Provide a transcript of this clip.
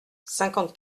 cinquante